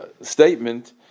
statement